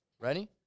Ready